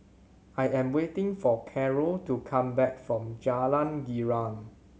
I am waiting for Carole to come back from Jalan Girang